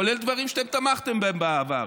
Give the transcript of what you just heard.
כולל דברים שאתם תמכתם בהם בעבר